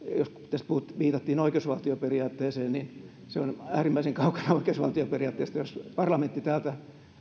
tässä viitattiin oikeusvaltioperiaatteeseen se on äärimmäisen kaukana oikeusvaltioperiaatteesta jos parlamentti täältä